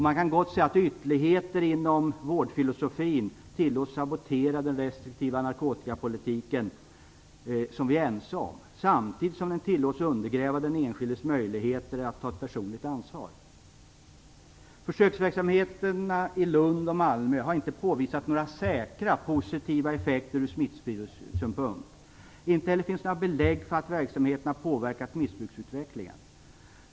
Man kan gott säga att ytterligheter inom vårdfilosofin tillåts sabotera den restriktiva narkotikapolitik som vi är ense om, samtidigt som den tillåts undergräva den enskildes möjligheter att ta personligt ansvar. Försöksverksamheterna i Lund och Malmö har inte påvisat några säkra positiva effekter från smittspridningssynpunkt. Inte heller finns det några belägg för att verksamheterna har påverkat missbruksutvecklingen.